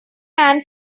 man